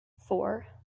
four